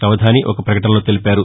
అవధాని ఒక ప్రకటనలో తెలిపారు